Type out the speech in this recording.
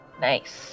Nice